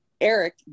Eric